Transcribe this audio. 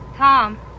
Tom